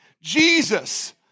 Jesus